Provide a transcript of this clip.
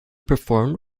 performed